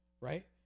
right